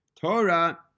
Torah